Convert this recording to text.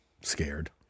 scared